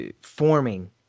forming